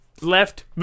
left